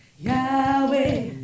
Yahweh